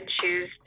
choose